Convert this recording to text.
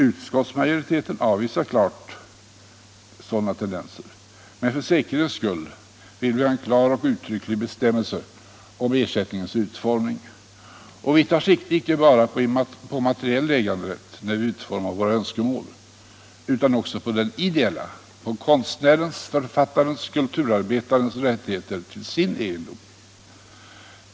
Utskottsmajoriteten avvisar klart sådana tendenser, men för säkerhets skull vill vi ha en klar och uttrycklig bestämmelse om ersättningens utformning. Vi tar sikte icke bara på materiell äganderätt när vi utformar våra önskemål utan också på den ideella, på konstnärens, författarens, kulturarbetarens rättigheter till sin egendom.